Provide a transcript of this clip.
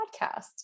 podcast